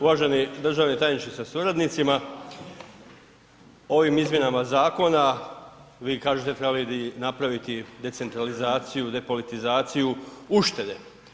Uvaženi državni tajniče sa suradnicima, ovim izmjenama zakona vi kažete trebali bi napraviti decentralizaciju, depolitizaciju uštede.